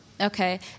Okay